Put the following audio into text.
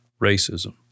racism